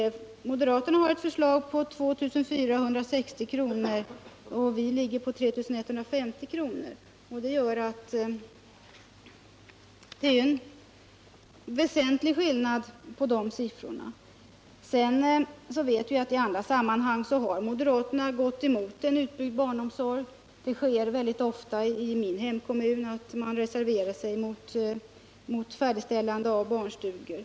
Moderaterna har ett förslag som omfattar 2 460 kr., och vi ligger i vårt förslag på 3 150 kr. Det är alltså en väsentlig skillnad mellan dessa belopp. Vi vet ju att moderaterna i andra sammanhang har gått emot en utbyggnad av barnomsorgen. I exempelvis min hemkommun reserverar man sig väldigt ofta mot förslag om färdigställande av barnstugor.